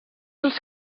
els